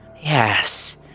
yes